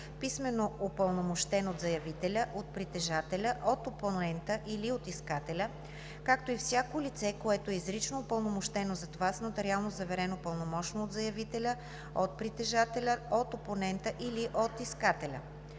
писмено упълномощен от заявителя, от притежателя, от опонента или от искателя, както и всяко лице, което е изрично упълномощено за това с нотариално заверено пълномощно от заявителя, от притежателя, от опонента или от искателя.